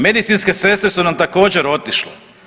Medicinske sestre su nam također otišle.